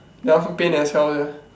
that one pain as hell ah